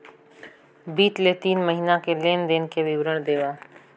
बितले तीन महीना के लेन देन के विवरण देवा?